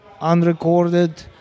unrecorded